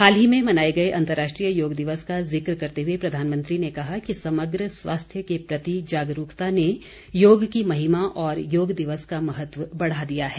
हाल ही में मनाए गए अंतर्राष्ट्रीय योग दिवस का जिक्र करते हए प्रधानमंत्री ने कहा कि समग्र स्वास्थ्य के प्रति जागरूकता ने योग की महिमा और योग दिवस का महत्व बढ़ा दिया है